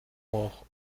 auch